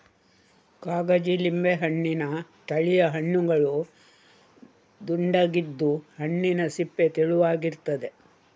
ಕಾಗಜಿ ಲಿಂಬೆ ಹಣ್ಣಿನ ತಳಿಯ ಹಣ್ಣುಗಳು ದುಂಡಗಿದ್ದು, ಹಣ್ಣಿನ ಸಿಪ್ಪೆ ತೆಳುವಾಗಿರ್ತದೆ